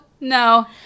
no